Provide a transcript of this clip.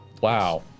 Wow